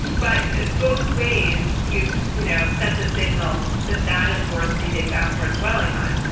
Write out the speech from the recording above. but it both ways. you've you know sent a signal that that is worth reading that's worth dwelling on.